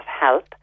help